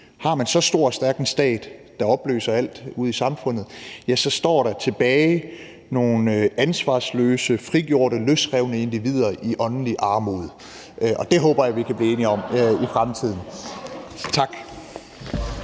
har man så stor og stærk en stat, der opløser alt ude i samfundet, så står der nogle ansvarsløse, frigjorte, løsrevne individer tilbage i åndelig armod – det håber jeg vi kan blive enige om i fremtiden.